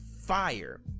fire